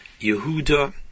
Yehuda